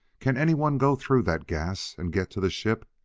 can anyone go through that gas and get to the ship?